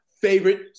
favorite